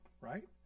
right